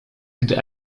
gdy